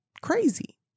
crazy